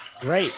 great